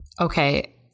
Okay